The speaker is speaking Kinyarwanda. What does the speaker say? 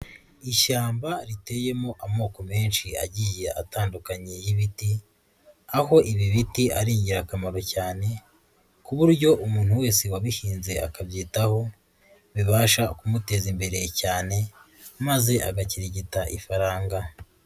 Ishyamba riteyemo amoko menshi agiye atandukanye y'ibiti, aho ibi biti ari ingirakamaro cyane ku buryo umuntu wese wabihinze akabyitaho bibasha kumuteza imbere cyane maze agakirigita ifaranga.